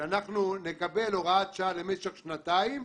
שאנחנו נקבל הוראת שעה למשך שנתיים,